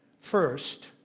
First